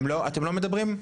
אתם לא מדברים?